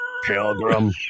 Pilgrim